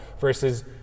Versus